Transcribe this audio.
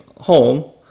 home